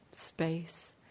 space